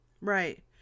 Right